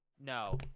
no